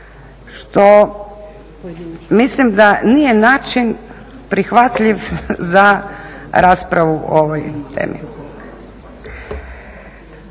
što mislim da nije način prihvatljiv za raspravu o ovoj temi.